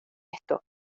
esto